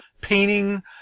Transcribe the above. painting